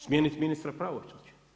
Smijeniti ministra pravosuđa?